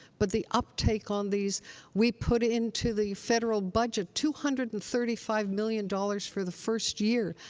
but the uptake on these we put it into the federal budget two hundred and thirty five million dollars for the first year,